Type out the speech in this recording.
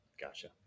gotcha